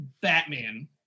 Batman